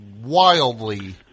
wildly